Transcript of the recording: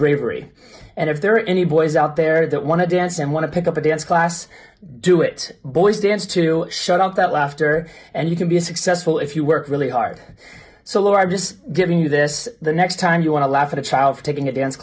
bravery and if there are any boys out there that want to dance and want to pick up a dance class do it boys dance to shut up that laughter and you can be successful if you work really hard so largest giving you this the next time you want to laugh at a child for taking a dance